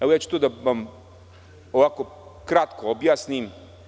Evo ja ću to da vam ovako kratko objasnim.